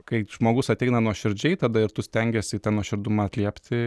kai žmogus ateina nuoširdžiai tada ir tu stengiesi į tą nuoširdumą atliepti